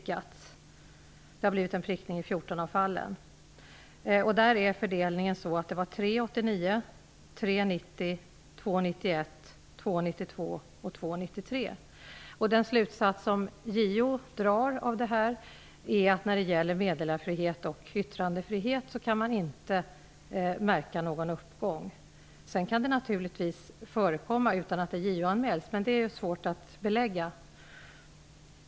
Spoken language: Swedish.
Fördelningen är sådan att 1989 var det tre fall, 1990 var det tre fall, 1991 var det två fall, 1991 var det två fall och det var två fall 1993. Den slutsats som JO drar är att beträffande yttrandefrihet och meddelarfrihet kan man inte märka någon uppgång. Sedan kan det ju naturligtvis förekomma fall som inte JO-anmäls, men dessa är svåra att belägga.